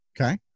Okay